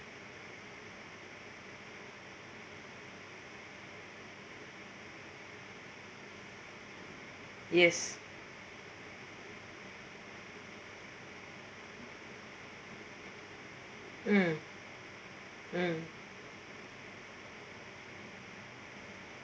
yes mm mm